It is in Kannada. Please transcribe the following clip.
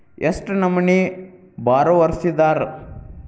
ಎಷ್ಟ್ ನಮನಿ ಬಾರೊವರ್ಸಿದಾರ?